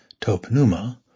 topnuma